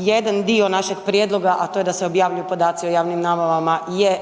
Jedan dio našeg prijedloga, a to je da se objavljuju podaci o javnim nabavama, je